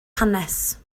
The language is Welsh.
hanes